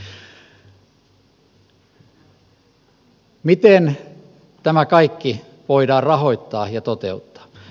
miten tämä kaikki voidaan rahoittaa ja toteuttaa